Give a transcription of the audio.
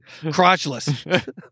crotchless